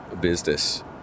business